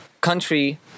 country